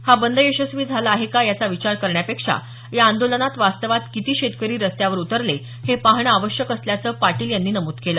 हा बंद यशस्वी झाला आहे का याचा विचार करण्यापेक्षा या आंदोलनात वास्तवात किती शेतकरी रस्त्यावर उतरले हे पाहणं आवश्यक असल्याचं पाटील यांनी नमूद केलं